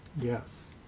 Yes